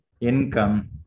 income